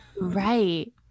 Right